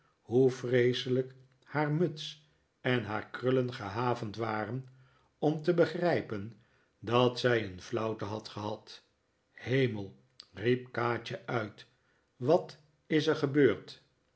hoe vreeselijk haar muts en haar krullen gehavend waren om te begrijpen dat zij een flauwte had gehad hemel riep kaatje uit wat is er gebeurd